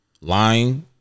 Lying